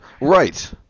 Right